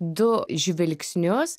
du žvilgsnius